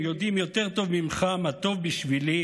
ויודעים יותר טוב ממך / מה טוב בשבילי,